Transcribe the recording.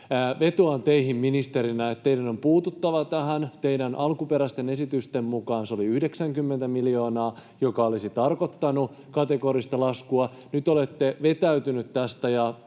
Vetoan teihin ministerinä, että teidän on puututtava tähän. Teidän alkuperäisten esitystenne mukaan se oli 90 miljoonaa, joka olisi tarkoittanut kategorista laskua. Nyt olette vetäytynyt tästä